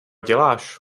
děláš